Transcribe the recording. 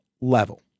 level